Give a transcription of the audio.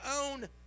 own